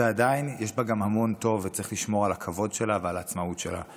ועדיין יש בה גם המון טוב וצריך לשמור על הכבוד שלה ועל העצמאות שלה,